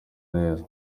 neza